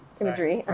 imagery